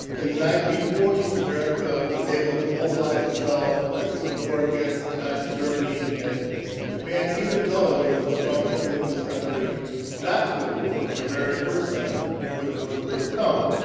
in the nineteen forty s, america was able to mobilize itself ah to go to war against nazi germany and japan even though there was a strong sentiment in this country not to go to war, an america first sentiment, which was overcome.